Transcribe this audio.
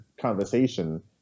conversation